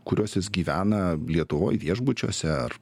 kuriuos jis gyvena lietuvoj viešbučiuose ar